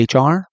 HR